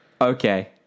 Okay